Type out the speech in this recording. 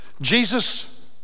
Jesus